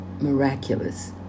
miraculous